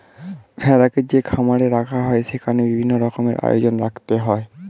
ভেড়াকে যে খামারে রাখা হয় সেখানে বিভিন্ন রকমের আয়োজন রাখতে হয়